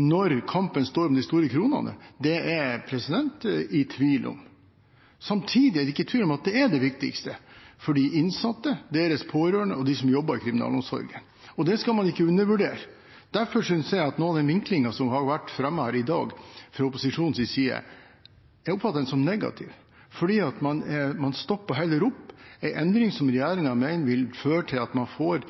når kampen står om de store kronene, er jeg i tvil om. Samtidig er det ikke tvil om at det er det viktigste for de innsatte, for deres pårørende og for dem som jobber i kriminalomsorgen, og det skal man ikke undervurdere. Derfor oppfatter jeg noe av den vinklingen som har vært fremmet her i dag fra opposisjonens side, som negativ, fordi man heller stopper opp en endring som regjeringen mener vil føre til at man får